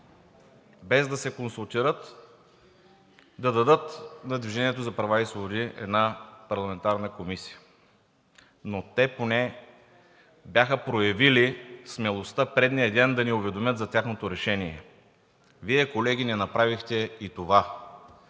без да се консултират, да дадат на „Движение за права и свободи“ една парламентарна комисия, но те поне бяха проявили смелостта предния ден да ни уведомят за тяхното решение. Вие, колеги, не направихте и това.